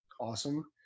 awesome